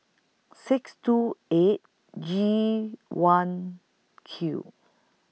six two eight G one Q